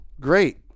great